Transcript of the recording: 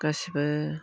गासिबो